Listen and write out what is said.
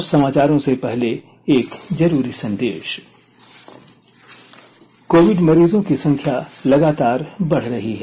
और समाचारों से पहले एक जरूरी संदे ा कोविड मरीजों की संख्या लगातार बढ़ रही है